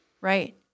right